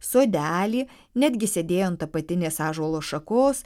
sodelį netgi sėdėjo ant apatinės ąžuolo šakos